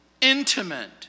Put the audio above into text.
intimate